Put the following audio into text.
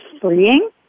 freeing